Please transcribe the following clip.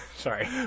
Sorry